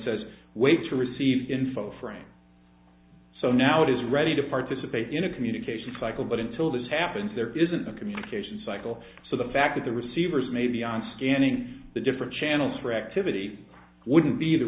says wait to receive info frame so now it is ready to participate in a communication cycle but until that happens there isn't the communication cycle so the fact that the receivers may be on scanning the different channels for activity wouldn't be the